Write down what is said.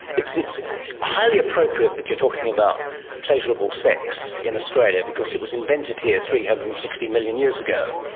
it's it's highly appropriate that you're talking about pleasurable sex in australia because it was invented here three hundred and sixty million years ago,